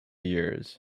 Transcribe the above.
years